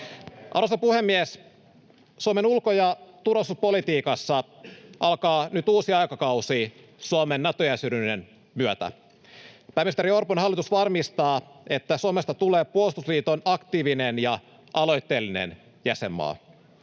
Arvoisa puhemies! Suomen ulko- ja turvallisuuspolitiikassa alkaa nyt uusi aikakausi Suomen Nato-jäsenyyden myötä. Pääministeri Orpon hallitus varmistaa, että Suomesta tulee puolustusliiton aktiivinen ja aloitteellinen jäsenmaa.